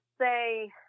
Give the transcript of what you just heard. say